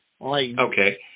Okay